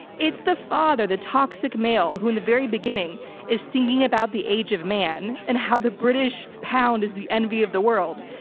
it's the father, the toxic male who in the very beginning beginning is singing about the age of man and how the british pound is the envy of the world.